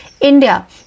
India